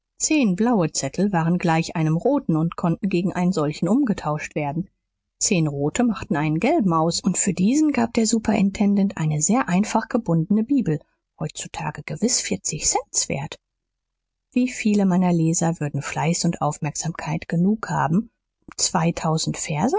zehn blaue zettel waren gleich einem roten und konnten gegen einen solchen umgetauscht werden zehn rote machten einen gelben aus und für diesen gab der superintendent eine sehr einfach gebundene bibel heutzutage gewiß vierzig cents wert wie viele meiner leser würden fleiß und aufmerksamkeit genug haben um zweitausend